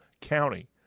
county